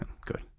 Good